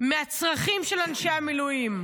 מהצרכים של אנשי המילואים,